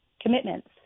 Commitments